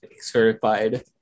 certified